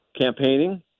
campaigning